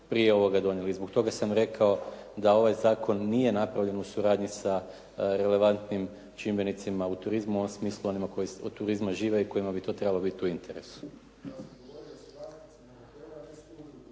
prije ovoga donijeli. I zbog toga sam rekao da ovaj zakon nije napravljen u suradnji sa relevantnim čimbenicima u turizmu. U ovom smislu onima koji od turizma žive i onima kojima bi to trebalo biti u interesu.